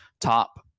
top-